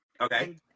Okay